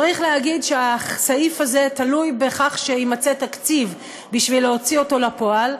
צריך להגיד שהסעיף הזה תלוי בכך שיימצא תקציב בשביל להוציא אותו לפועל,